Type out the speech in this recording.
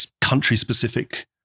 country-specific